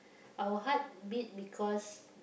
our heart beat because